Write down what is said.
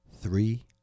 three